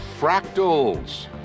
fractals